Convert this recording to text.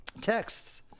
texts